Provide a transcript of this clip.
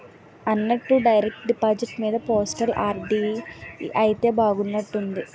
అన్నట్టు direct deposit మీద postal RD అయితే బాగున్నట్టుంది